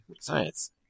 science